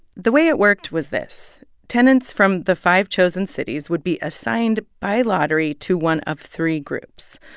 the way it worked was this tenants from the five chosen cities would be assigned by lottery to one of three groups.